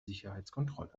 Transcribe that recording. sicherheitskontrolle